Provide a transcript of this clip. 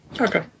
Okay